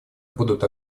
будут